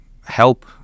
help